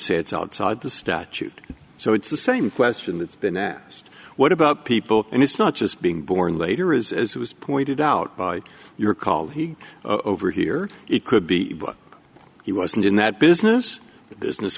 say it's outside the statute so it's the same question that's been asked what about people and it's not just being born later is as was pointed out by your call he over here it could be a book he wasn't in that business the business